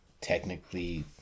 technically